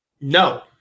No